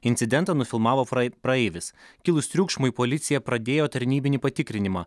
incidentą nufilmavo frai praeivis kilus triukšmui policija pradėjo tarnybinį patikrinimą